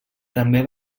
també